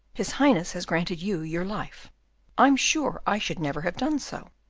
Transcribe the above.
his highness has granted you your life i'm sure i should never have done so.